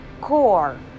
core